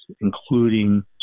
including